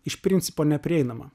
iš principo neprieinama